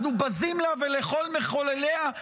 אנחנו בזים לה ולכל מחולליה,